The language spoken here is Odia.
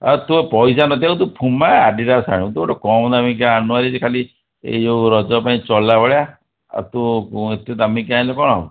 ଆ ତୁ ପଇସା ନ ଥିବାକୁ ତୁ ପୁମା ଆଡିଡ଼ାସ୍ ଆଣିବୁ ତୁ ଗୋଟେ କମ୍ ଦାମିକିଆ ଆଣୁନୁ ଭାରି ଏ ଖାଲି ଇଏ ଯେଉଁ ରଜ ପାଇଁ ଚଳିଲା ଭଳିଆ ଆଉ ତୁ ଏତେ ଦାମିକିଆ ଆଣିଲେ କ'ଣ ହେବ